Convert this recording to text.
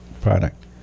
product